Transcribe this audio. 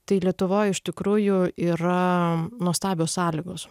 tai lietuvoj iš tikrųjų yra nuostabios sąlygos